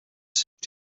searched